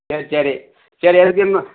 சரி சரி சரி எடுத்துக்குங்க